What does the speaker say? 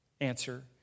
answer